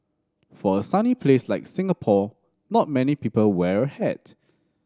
for a sunny place like Singapore not many people wear a hat